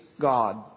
God